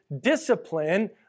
discipline